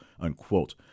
unquote